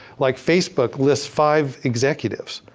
like, facebook lists five executives.